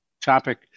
topic